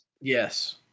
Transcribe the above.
yes